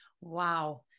Wow